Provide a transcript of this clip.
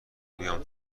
بیام